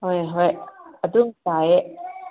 ꯍꯣꯏ ꯍꯣꯏ ꯑꯗꯨꯝ ꯇꯥꯏꯌꯦ